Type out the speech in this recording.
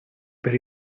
per